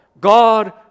God